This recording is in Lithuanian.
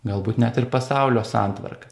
galbūt net ir pasaulio santvarka